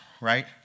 Right